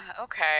okay